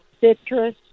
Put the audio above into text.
Citrus